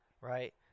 right